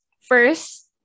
first